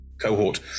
cohort